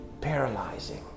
paralyzing